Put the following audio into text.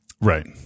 Right